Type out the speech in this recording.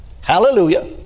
Hallelujah